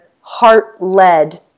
heart-led